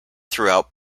throughout